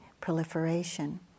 proliferation